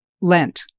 Lent